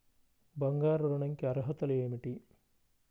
బంగారు ఋణం కి అర్హతలు ఏమిటీ?